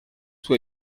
soit